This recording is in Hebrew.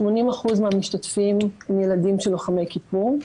80% מן המשתתפים הם ילדים של לוחמי כיפור.